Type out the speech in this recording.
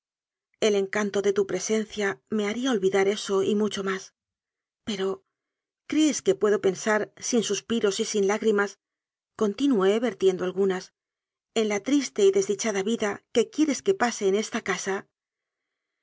el encanto de tu presencia me haría olvidar eso y mucho más pero crees que puedo pensar sin suspiros y sin lágrimas conti nué vertiendo algunasen la triste y desdichada vida que quieres que pase en esta casa